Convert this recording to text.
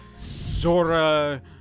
Zora